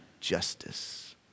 justice